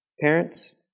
Parents